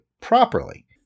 properly